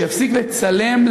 שיפסיק לצלם,